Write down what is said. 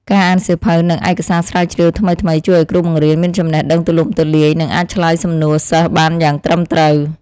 ការអានសៀវភៅនិងឯកសារស្រាវជ្រាវថ្មីៗជួយឱ្យគ្រូបង្រៀនមានចំណេះដឹងទូលំទូលាយនិងអាចឆ្លើយសំណួរសិស្សបានយ៉ាងត្រឹមត្រូវ។